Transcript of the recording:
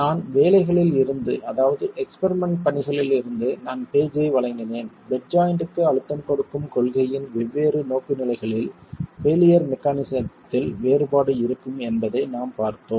நான் வேலைகளில் இருந்து அதாவது எக்ஸ்பிரிமெண்ட் பணிகளில் இருந்து நான் பேஜ் ஐ வழங்கினேன் பெட் ஜாய்ண்ட்க்கு அழுத்தம் கொடுக்கும் கொள்கையின் வெவ்வேறு நோக்குநிலைகளில் பெயிலியர் மெக்கானிசத்தில் வேறுபாடு இருக்கும் என்பதை நாம் பார்த்தோம்